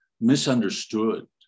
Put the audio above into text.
misunderstood